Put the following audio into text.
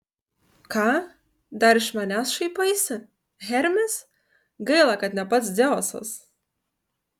ką dar iš manęs šaipaisi hermis gaila kad ne pats dzeusas